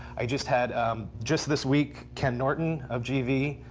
i just had just this week ken norton of gv.